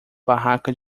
barraca